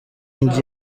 njye